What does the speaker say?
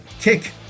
kick